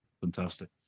fantastic